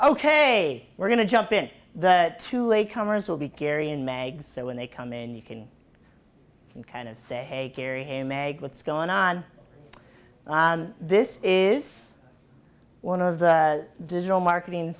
ok we're going to jump in that too late comers will be carrying mags so when they come in you can kind of say hey carry him eggs what's going on this is one of the digital marketing